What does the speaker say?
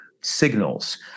signals